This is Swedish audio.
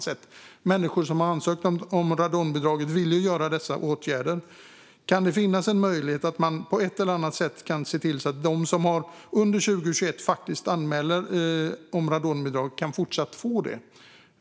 Människor som har ansökt om radonbidrag vill ju göra dessa åtgärder. Finns det en möjlighet att de som under 2021 ansöker om radonbidrag kan få det?